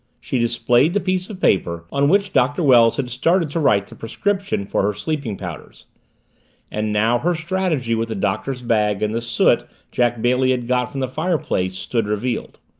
she displayed the piece of paper on which doctor wells had started to write the prescription for her sleeping-powders and now her strategy with the doctor's bag and the soot jack bailey had got from the fireplace stood revealed.